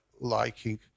liking